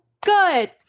good